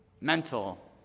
mental